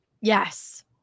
Yes